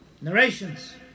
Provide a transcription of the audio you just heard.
narrations